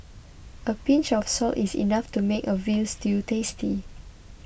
a pinch of salt is enough to make a Veal Stew tasty